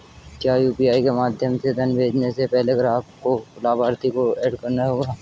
क्या यू.पी.आई के माध्यम से धन भेजने से पहले ग्राहक को लाभार्थी को एड करना होगा?